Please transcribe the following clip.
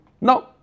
No